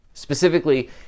Specifically